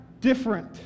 different